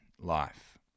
life